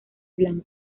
blanco